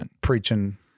preaching